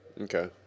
Okay